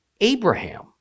Abraham